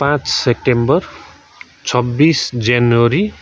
पाँच सेप्टेम्बर छब्बिस जनवरी